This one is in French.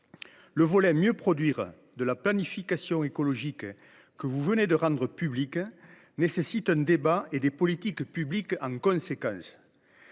Le volet « mieux produire » de la planification écologique que vous venez de rendre publique nécessite un débat et des politiques publiques adaptées.